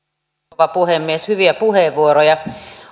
rouva puhemies hyviä puheenvuoroja